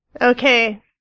Okay